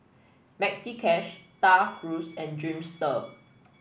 Maxi Cash Star Cruise and Dreamster